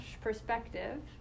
perspective